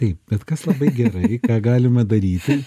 taip bet kas labai gerai ką galima daryti